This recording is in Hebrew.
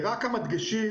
כמה דגשים